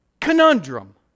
conundrum